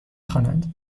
خوانند